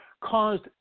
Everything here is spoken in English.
caused